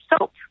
soap